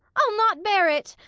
i'll not bear it.